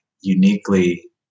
uniquely